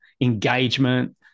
engagement